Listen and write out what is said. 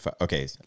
okay